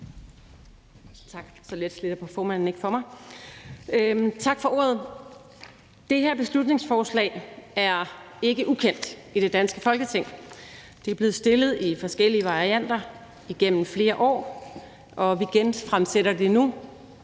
Tak for ordet. Det her beslutningsforslag er ikke ukendt i det danske Folketing. Det er blevet fremsat i forskellige varianter igennem flere år, og vi, SF, Radikale Venstre,